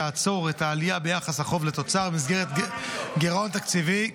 יעצור את העלייה ביחס החוב לתוצר במסגרת גירעון תקציבי.